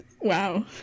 Wow